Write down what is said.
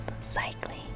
cycling